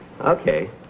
Okay